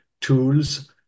tools